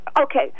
Okay